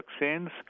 vaccines